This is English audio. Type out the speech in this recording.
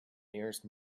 nearest